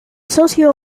socio